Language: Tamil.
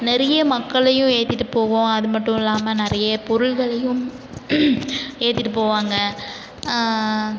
நிறைய மக்களையும் ஏற்றிட்டு போவும் அதுமட்டுல்லாமல் நிறைய பொருள்களையும் ஏற்றிட்டு போவாங்க